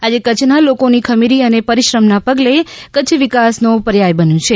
આજે કચ્છના લોકોની ખમીરી અને પરિશ્રમના પગલે કચ્છ વિકાસનો પર્યાય બન્યું છે